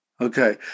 Okay